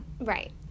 Right